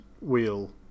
wheel